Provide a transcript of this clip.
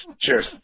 Cheers